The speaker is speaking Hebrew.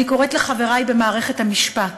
אני קוראת לחברי במערכת המשפט